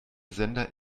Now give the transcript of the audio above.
sender